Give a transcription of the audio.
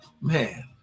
Man